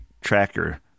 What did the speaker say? tracker